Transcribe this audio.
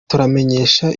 turabamenyesha